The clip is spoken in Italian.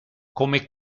come